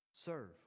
Serve